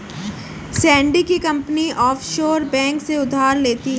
Sandy की company offshore bank से उधार लेती है